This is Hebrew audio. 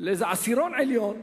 לאיזה עשירון עליון,